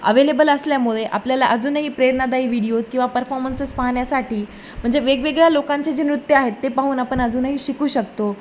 available असल्यामुळे आपल्याला अजूनही प्रेरणादायी व्हिडिओज किंवा परफॉमन्सेस पाहण्यासाठी म्हणजे वेगवेगळ्या लोकांचे जे नृत्य आहेत ते पाहून आपण अजूनही शिकू शकतो